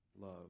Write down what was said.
love